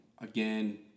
again